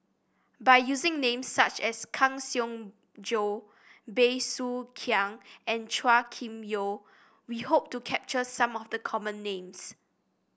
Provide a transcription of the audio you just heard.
by using names such as Kang Siong Joo Bey Soo Khiang and Chua Kim Yeow we hope to capture some of the common names